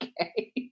okay